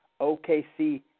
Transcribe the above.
OKC